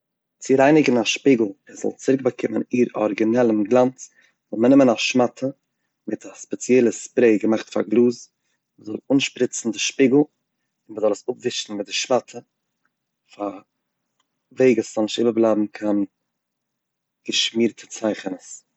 צו רייניגן א שפיגל עס זאל צוריקבאקומען איר ארגינעלן גלאנץ, מען זאל נעמען א שמאטע מיט א ספעציעלע ספרעי געמאכט פאר גלאז, מ'זאל אנשפריצן די שפיגל און מען זאל עס אפווישן מיט די שמאטע אויף א וועג עס זאל נישט איבערבלייבן קיין געשמירטע צייכענעס.